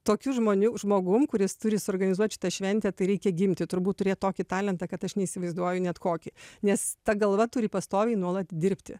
tokių žmonių žmogum kuris turi suorganizuot šitą šventę tai reikia gimti turbūt turėti tokį talentą kad aš neįsivaizduoju net kokį nes ta galva turi pastoviai nuolat dirbti